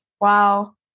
Wow